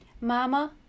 Mama